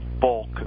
bulk